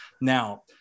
now